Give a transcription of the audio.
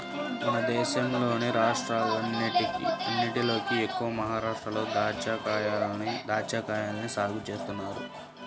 మన దేశంలోని రాష్ట్రాలన్నటిలోకి ఎక్కువగా మహరాష్ట్రలో దాచ్చాకాయల్ని సాగు చేత్తన్నారు